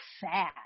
sad